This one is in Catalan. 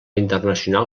internacional